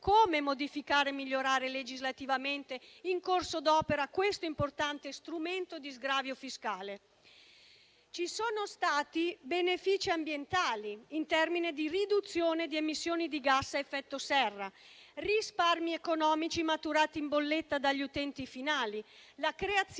come modificare e migliorare legislativamente in corso d'opera questo importante strumento di sgravio fiscale. Ci sono stati benefici ambientali in termini di riduzione di emissioni di gas a effetto serra, risparmi economici maturati in bolletta dagli utenti finali, la creazione di nuovi